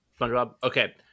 Okay